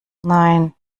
nein